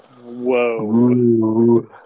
Whoa